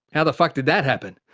how the fuck did that happen?